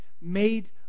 made